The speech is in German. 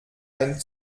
ein